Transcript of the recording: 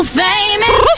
famous